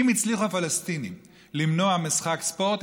אם הצליחו הפלסטינים למנוע משחק ספורט,